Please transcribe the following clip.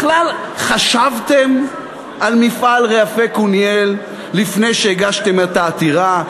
בכלל חשבתם על מפעל "רעפי קוניאל" לפני שהגשתם את העתירה?